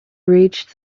reached